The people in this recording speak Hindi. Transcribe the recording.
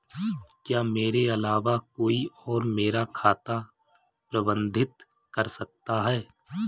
क्या मेरे अलावा कोई और मेरा खाता प्रबंधित कर सकता है?